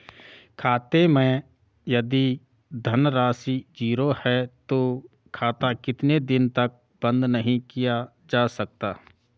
खाते मैं यदि धन राशि ज़ीरो है तो खाता कितने दिन तक बंद नहीं किया जा सकता?